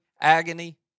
agony